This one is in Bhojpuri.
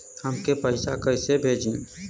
हमके पैसा कइसे भेजी?